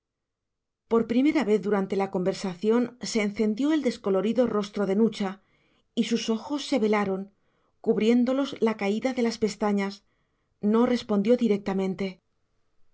por primera vez durante la conversación se encendió el descolorido rostro de nucha y sus ojos se velaron cubriéndolos la caída de las pestañas no respondió directamente